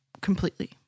completely